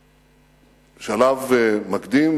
הן שלב מקדים,